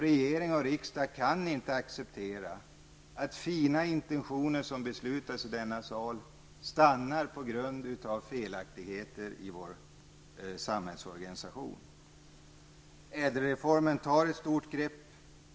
Regering och riksdag kan inte acceptera att fina intentioner som beslutas i denna sal gäckas på grund av felaktigheter i vår samhällsorganisation. ÄDEL-reformen tar ett stort grepp.